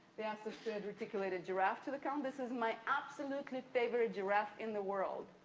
they asked us to articulate a giraffe to the count. this is my absolutely favorite giraffe in the world.